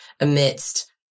amidst